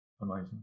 Amazing